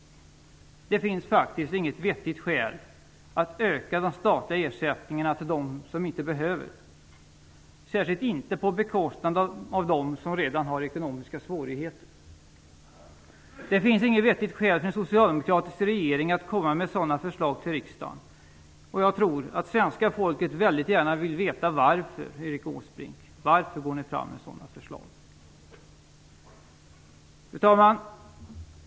Det finns faktiskt inget vettigt skäl för att öka de statliga ersättningarna till dem som inte behöver - särskilt inte på bekostnad av dem som redan har ekonomiska svårigheter. Det finns inget vettigt skäl för en socialdemokratisk regering att komma med sådana förslag till riksdagen. Jag tror att svenska folket väldigt gärna vill veta varför ni går fram med sådana förslag, Erik Åsbrink. Fru talman!